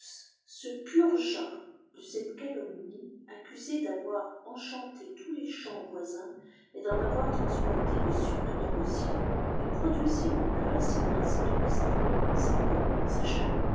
se purgea de cette calomnie accusé d'avoir enchanté tous les champs voisins et d'en avoir transporté le suc dans le sien il produisit en plein sénat ses domestiques ses bœufs sa charrue